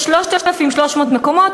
יש 3,300 מקומות.